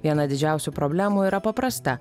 viena didžiausių problemų yra paprasta